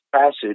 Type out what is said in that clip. passage